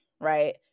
right